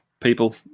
people